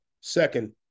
Second